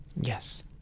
Yes